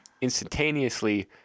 instantaneously